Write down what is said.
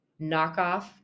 knockoff